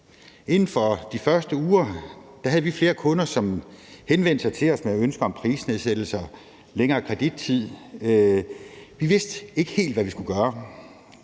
Inden for de første uger havde vi flere kunder, som henvendte sig til os med ønsker om prisnedsættelser, længere kredittid. Vi vidste ikke helt, hvad vi skulle gøre,